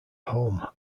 home